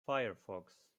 firefox